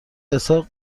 اسحاق